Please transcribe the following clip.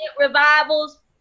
revivals